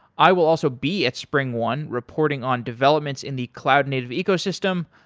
i will also be at springone reporting on developments in the cloud native ecosystem.